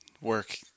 work